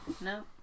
No